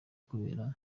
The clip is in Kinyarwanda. kubera